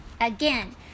again